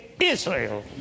Israel